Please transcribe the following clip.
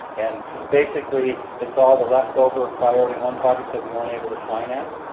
and basically it's all the leftover priority one projects that we weren't able to finance.